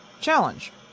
challenge